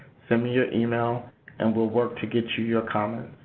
send me your email and we'll work to get you your comment.